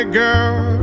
girl